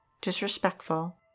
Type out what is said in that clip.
disrespectful